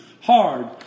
hard